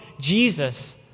Jesus